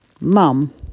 mum